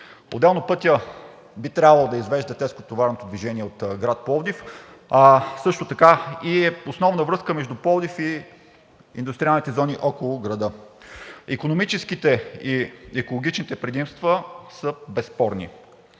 Отделно пътят би трябвало да извежда тежкотоварното движение от град Пловдив, а също така е и основна връзка между Пловдив и индустриалните зони около града. Икономическите и екологичните предимства са безспорни.